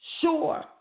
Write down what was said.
Sure